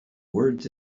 words